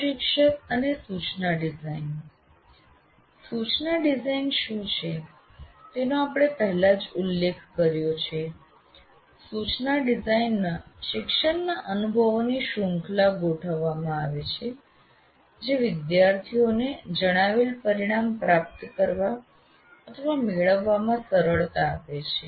પ્રશિક્ષક અને સૂચના ડિઝાઇન સૂચના ડિઝાઇન શું છે તેનો આપણે પહેલા જ ઉલ્લેખ કર્યો છે સૂચના ડિઝાઇન માં શિક્ષણના અનુભવોની શૃંખલા ગોઠવવામાં આવે છે જે વિદ્યાર્થીઓને જણાવેલ પરિણામ પ્રાપ્ત કરવા અથવા મેળવવામાં સરળતા આપે છે